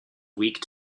week